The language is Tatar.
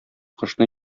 кошны